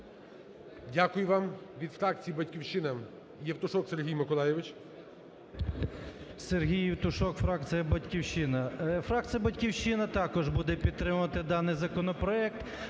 Дякую вам. Від фракції "Батьківщина" Євтушок Сергій Миколайович.